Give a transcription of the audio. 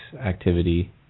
activity